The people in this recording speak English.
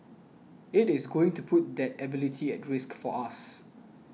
it is going to put that ability at risk for us